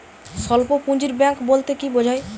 স্বল্প পুঁজির ব্যাঙ্ক বলতে কি বোঝায়?